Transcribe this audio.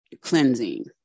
cleansing